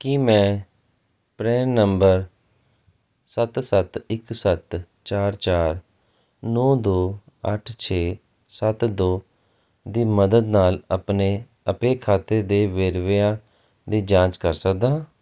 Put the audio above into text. ਕੀ ਮੈਂ PRAN number ਸੱਤ ਸੱਤ ਇੱਕ ਸੱਤ ਚਾਰ ਚਾਰ ਨੌ ਦੋ ਅੱਠ ਛੇ ਸੱਤ ਦੋ ਦੀ ਮਦਦ ਨਾਲ ਆਪਣੇ ਅਪੇ ਖਾਤੇ ਦੇ ਵੇਰਵਿਆਂ ਦੀ ਜਾਂਚ ਕਰ ਸਕਦਾ ਹਾਂ